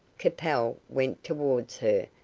capel went towards her,